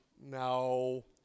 no